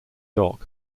doc